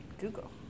Google